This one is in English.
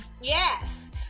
yes